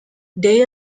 they